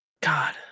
God